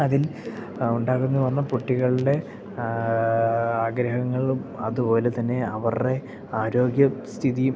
അതിൽ ഉണ്ടാകുന്നു പറഞ്ഞാൽ കുട്ടികളുടെ ആഗ്രഹങ്ങളും അതുപോലെ തന്നെ അവരുടെ ആരോഗ്യ സ്ഥിതിയും